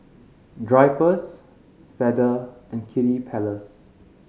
Drypers Feather and Kiddy Palace